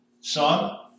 son